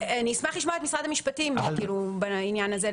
אני אשמח לשמוע את משרד המשפטים בעניין הזה,